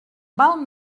val